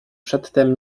przedtem